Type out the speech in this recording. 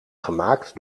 gemaakt